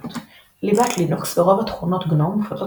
ורישיונות ליבת לינוקס ורוב תכונות גנו מופצות